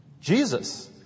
Jesus